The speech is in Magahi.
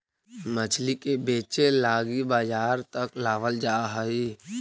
मछली के बेचे लागी बजार तक लाबल जा हई